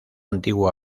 antiguo